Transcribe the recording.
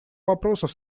вопросов